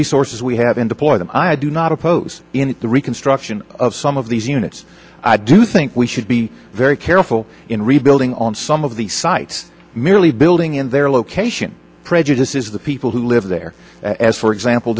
resources we have in deployed and i do not oppose the reconstruction of some of these units i do think we should be very careful in rebuilding on some of the site merely building in their location prejudices the people who live there as for example